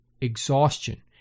exhaustion